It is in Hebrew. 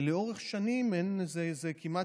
לאורך שנים אין לזה כמעט,